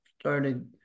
started